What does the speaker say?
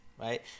right